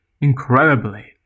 incredibly